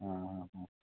অঁ অঁ অঁ